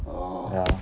ya